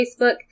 Facebook